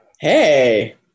Hey